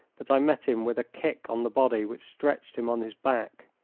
but i met him with a kick on the body which stretched him on his back.